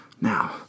Now